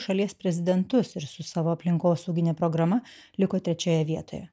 šalies prezidentus ir su savo aplinkosaugine programa liko trečioje vietoje